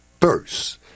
first